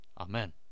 Amen